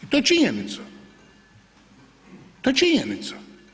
I to je činjenica, to je činjenica.